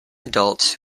adults